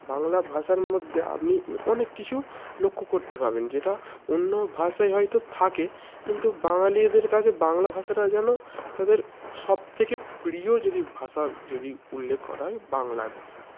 বাংলা ভাষার মধ্যে আপনি অনেক কিছু লক্ষ্য করতে পাবেন যেটা অন্য ভাষায় হয়তো থাকে কিন্তু বাঙালিদের কাছে বাংলা ভাষাটা যেন তাদের সব থেকে প্রিয় যদি ভাষা যদি উল্লেখ করা হয় বাংলা ভাষা